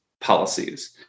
policies